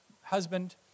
husband